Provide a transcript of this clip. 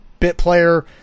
BitPlayer